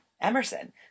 Emerson